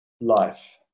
life